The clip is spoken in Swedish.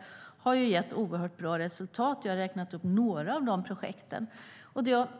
Det har ju gett oerhört bra resultat, och jag har räknat upp några av de projekten.